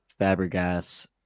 Fabregas